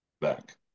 back